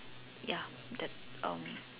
ya that um